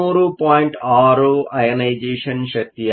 6 ionisation ಶಕ್ತಿಯಾಗಿದೆ